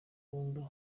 umuvundo